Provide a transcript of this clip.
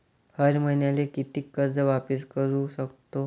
हर मईन्याले कितीक कर्ज वापिस करू सकतो?